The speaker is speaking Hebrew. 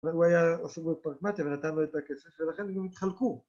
והוא היה עוסק בפרקמטיה ונתן לו את הכסף ולכן הם התחלקו.